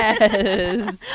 Yes